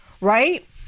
right